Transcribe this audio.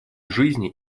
жизни